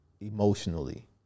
emotionally